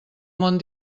món